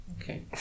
Okay